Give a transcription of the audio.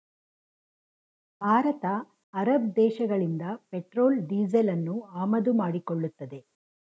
Bharat Arab ದೇಶಗಳಿಂದ petrol ಡೀಸೆಲನ್ನು ಆಮದು ಮಾಡಿಕೊಳ್ಳುತ್ತದೆ